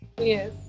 yes